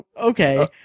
okay